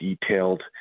detailed